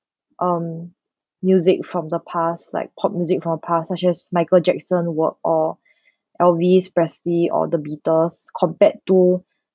um music from the past like pop music from the past such as michael jackson work or elvis presley or the beatles compared to